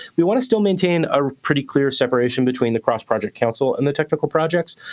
we want to still maintain a pretty clear separation between the cross-project council and the technical projects.